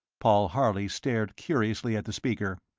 paul harley stared curiously at the speaker.